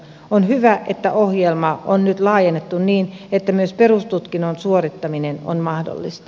on hyvä että ohjelmaa on nyt laajennettu niin että myös perustutkinnon suorittaminen on mahdollista